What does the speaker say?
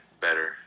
better